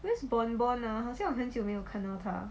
where's bonbon ah 好像很久没有看到他